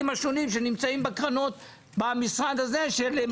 הרי זה כסף שהגיע מהמקומות האלה.